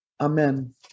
Amen